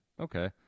Okay